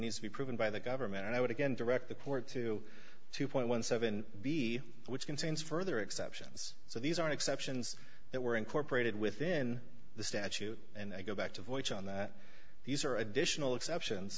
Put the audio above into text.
needs to be proven by the government and i would again direct the court to two dollars b which contains further exceptions so these are exceptions that were incorporated within the statute and i go back to voice on that these are additional exceptions